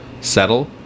settle